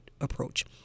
approach